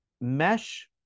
mesh